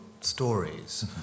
stories